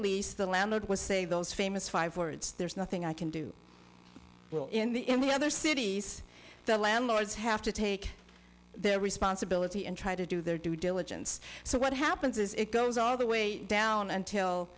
lease the landlord was say those famous five words there's nothing i can do well in the in the other cities the landlords have to take their responsibility and try to do their due diligence so what happens is it goes all the way down until